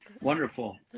Wonderful